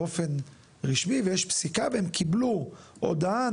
באופן רשמי ויש פסיקה והם קיבלו הודעה,